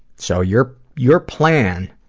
so your your plan,